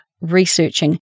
researching